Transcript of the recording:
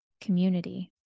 community